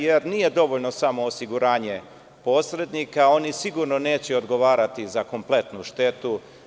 Jer, nije dovoljno samo osiguranje posrednika, oni sigurno neće odgovarati za kompletnu štetu.